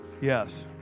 Yes